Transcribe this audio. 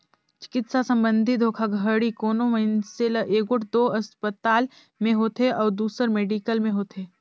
चिकित्सा संबंधी धोखाघड़ी कोनो मइनसे ल एगोट दो असपताल में होथे अउ दूसर मेडिकल में होथे